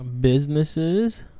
businesses